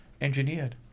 engineered